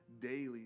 daily